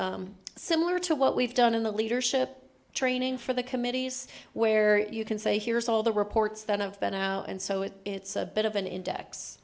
similar to what we've done in the leadership training for the committees where you can say here's all the reports that have been out and so it's it's a bit of an index